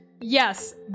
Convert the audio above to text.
Yes